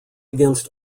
against